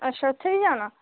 अच्छा इत्थै बी जाना